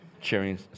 cheering